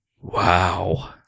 Wow